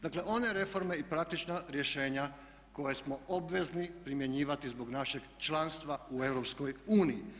Dakle, one reforme i praktična rješenja koje smo obvezni primjenjivati zbog našeg članstva u EU.